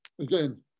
again